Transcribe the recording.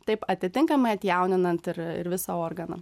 taip atitinkamai atjauninant ir ir visą organą